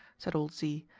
said old z.